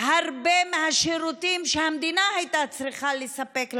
הרבה מהשירותים שהמדינה הייתה צריכה לספק לאנשים,